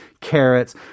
carrots